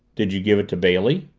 did you give it to bailey?